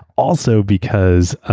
also, because